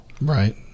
Right